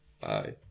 Bye